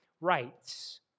rights